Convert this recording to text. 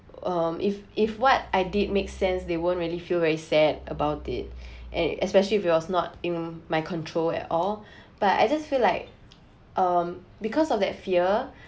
um if if what I did make sense they won't really feel very sad about it and especially if it was not in my control at all but I just feel like um because of that fear